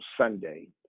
Sunday